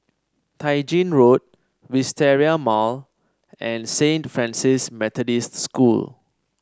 Tai Gin Road Wisteria Mall and Saint Francis Methodist School